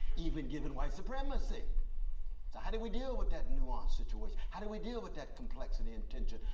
even given white supremacy. so how did we deal with that nuance situation? how did we deal with that complexity and tension?